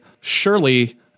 surely